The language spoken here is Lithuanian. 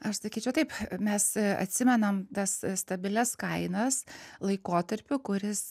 aš sakyčiau taip mes atsimenam tas stabilias kainas laikotarpiu kuris